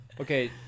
Okay